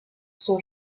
son